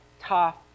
tough